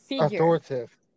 Authoritative